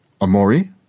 Amori